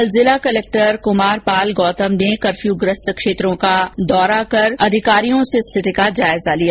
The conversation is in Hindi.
कल जिला कलक्टर कुमार पाल गौतम ने कर्फ्यूग्रस्त क्षेत्र का दौरा कर अधिकारियों से स्थिति का जायजा लिया